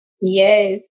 Yes